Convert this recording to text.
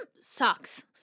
sucks